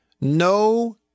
No